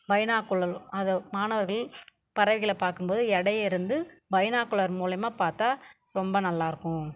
பைனாகுலரில் அதை மாணவர்கள் பறவைகளை பார்க்கும்போது எடைய இருந்து பைனாகுலர் மூலமா பார்த்தா ரொம்ப நல்லாயிருக்கும்